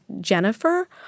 jennifer